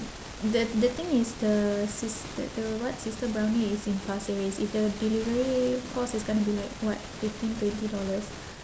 the the thing is the sister the what sister brownie is in pasir ris if the delivery cost is gonna be like what fifteen twenty dollars